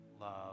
love